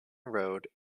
road